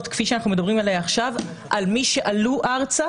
כפי שאנחנו מדברים עליה עכשיו על מי שעלו ארצה,